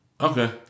Okay